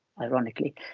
ironically